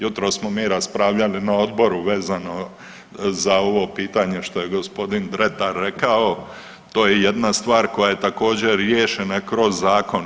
Jutros smo mi raspravljali na odboru vezano za ovo pitanje što je gospodin Dretar rekao to je jedna stvar koja je također riješena kroz zakon.